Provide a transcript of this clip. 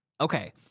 Okay